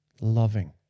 loving